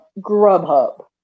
Grubhub